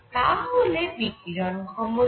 তা কি হয় বিকিরণ ক্ষমতা